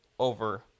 over